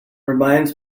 reminds